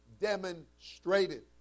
demonstrated